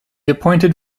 appointed